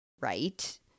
right